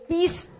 Peace